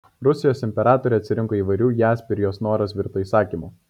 rusijos imperatorė atsirinko įvairių jaspių ir jos noras virto įsakymu